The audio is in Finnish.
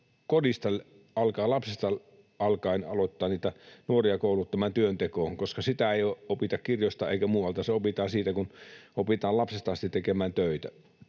kodista alkaa, lapsuudesta alkaen aloittaa niitä nuoria kouluttamaan työntekoon, koska sitä ei opita kirjoista eikä muualta. Se opitaan siitä, kun opitaan lapsesta asti tekemään töitä,